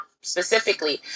specifically